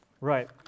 Right